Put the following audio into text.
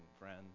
friends